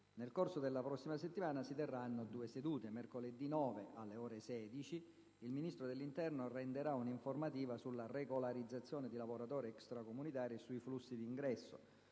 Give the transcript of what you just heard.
Nel corso della prossima settimana si terranno due sedute. Mercoledì 9, alle ore 16, il Ministro dell'interno renderà un'informativa sulla regolarizzazione di lavoratori extracomunitari e sui flussi di ingresso.